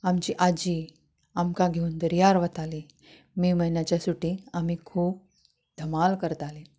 आमची आजी आमकां घेवन दर्यार वताली मे म्हन्याच्या सुटीक आमी खूब धमाल करतालीं